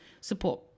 support